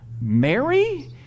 Mary